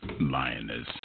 Lioness